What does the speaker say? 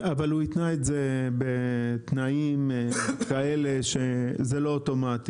אבל הוא התנה את הזה בתנאים כאלה שזה לא אוטומטי.